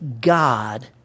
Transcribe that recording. God